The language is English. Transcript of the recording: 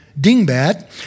Dingbat